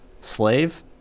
slave